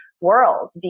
world